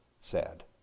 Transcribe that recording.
sad